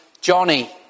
Johnny